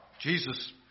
Jesus